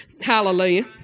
Hallelujah